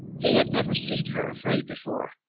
he had never seen her afraid before.